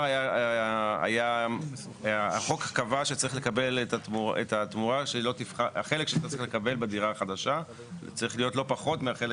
בעבר החוק קבע שהחלק שצריך להיות בדירה החדשה צריך להיות לא פחות מהחלק